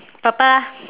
papa